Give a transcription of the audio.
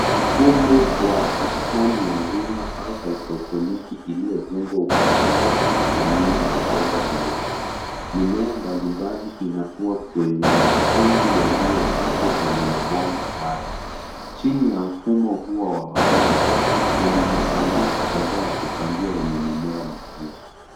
Mfumo wa bustani ya wima au haidroponiki iliyojengwa ukutani ikitumia mabomba meupe. Mimea mbalimbali inakua kwenye matundu yaliyokatwa kwenye mabomba hayo. Chini ya mfumo huo wa mabomba, kuna masanduku kadhaa ya kupandia yenye mimea mingine.